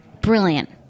Brilliant